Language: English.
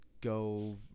go